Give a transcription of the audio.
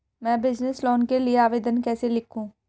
मैं business loan के लिए आवेदन कैसे लिखूँ?